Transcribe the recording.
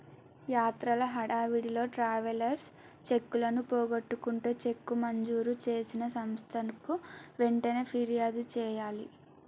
యాత్రల హడావిడిలో ట్రావెలర్స్ చెక్కులను పోగొట్టుకుంటే చెక్కు మంజూరు చేసిన సంస్థకు వెంటనే ఫిర్యాదు చేయాలి